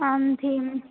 आं थीम्